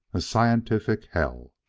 a scientific hell